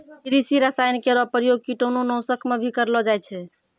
कृषि रसायन केरो प्रयोग कीटाणु नाशक म भी करलो जाय छै